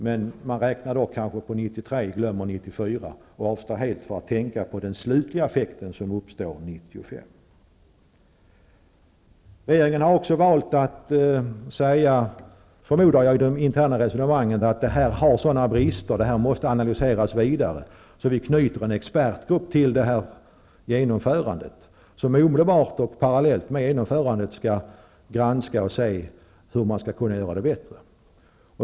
Men de räknar då kanske på 1993 och glömmer 1994 och avstår helt från att tänka på den slutliga effekten som uppstår 1995. Jag förmodar att regeringen också har valt att i de interna resonemangen säga att förslaget har sådana brister och att det måste analyseras vidare. Därför knyter man till genomförandet en expertgrupp, som omedelbart och parallellt med genomförandet skall granska och se hur det skall kunna göras bättre.